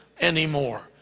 anymore